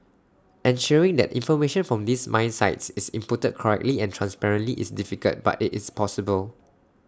ensuring that information from these mine sites is inputted correctly and transparently is difficult but IT is possible